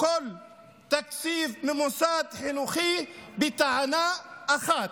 כל תקציב ממוסד חינוכי בטענה אחת: